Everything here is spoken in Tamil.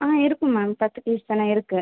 ஆ இருக்குது மேம் பத்து பீஸ் தானே இருக்குது